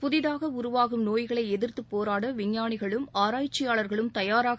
புதிதாகஉருவாகும்நோய்களைஎதிர்த்துப்போராடவிஞ்ஞானிகளும் ஆராய்ச்சியாளர்களும் தயாராக